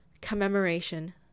commemoration